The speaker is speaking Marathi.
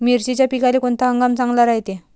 मिर्चीच्या पिकाले कोनता हंगाम चांगला रायते?